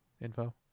info